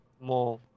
more